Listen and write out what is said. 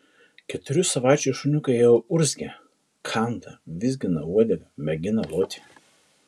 keturių savaičių šuniukai jau urzgia kanda vizgina uodegą mėgina loti